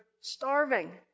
starving